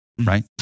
right